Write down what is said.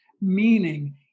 meaning